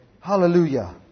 Hallelujah